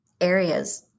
areas